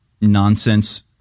nonsense